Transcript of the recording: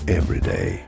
everyday